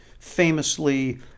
famously